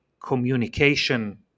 communication